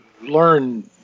learn